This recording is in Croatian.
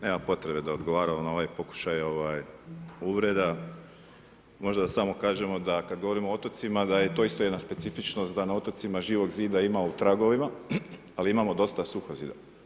Nema potrebe da odgovaram na ovaj pokušaj uvreda, možda samo da kažemo da kad govorimo o otocima da je to isto jedna specifičnost da na otocima Živog zida ima u tragovima ali imamo dosta suhozida.